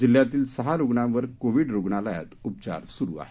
जिल्ह्यातील सहा रूग्णांवर कोविड रूग्णालयात उपचार सुरू आहेत